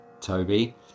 Toby